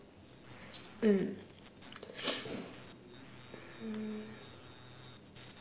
mm